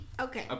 Okay